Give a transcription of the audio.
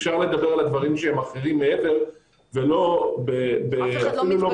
אפשר לדבר על הדברים שהם אחרים מעבר ולא אפילו לא